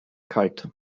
kalt